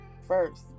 first